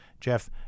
Jeff